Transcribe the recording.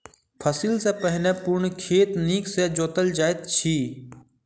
फसिल सॅ पहिने पूर्ण खेत नीक सॅ जोतल जाइत अछि